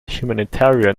humanitarian